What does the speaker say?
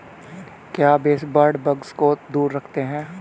क्या baseboard bugs को दूर रखते हैं?